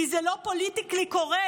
כי זה לא פוליטיקלי קורקט?